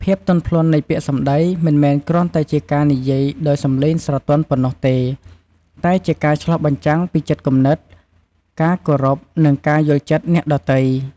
ភាពទន់ភ្លន់នៃពាក្យសម្ដី មិនមែនគ្រាន់តែជាការនិយាយដោយសំឡេងស្រទន់ប៉ុណ្ណោះទេ តែជាការឆ្លុះបញ្ចាំងពីចិត្តគំនិត ការគោរព និងការយល់ចិត្តអ្នកដទៃ។